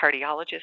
cardiologist